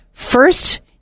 First